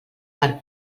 per